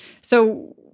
So-